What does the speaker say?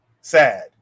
sad